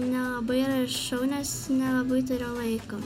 nelabai rašau nes nelabai turiu laiko